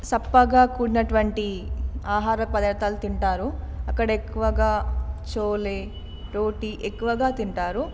సప్పగా కూడినటువంటి ఆహార పదార్థాలు తింటారు అక్కడ ఎక్కువగా చోలే రోటి ఎక్కువగా తింటారు